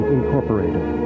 Incorporated